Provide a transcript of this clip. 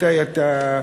מתי אתה,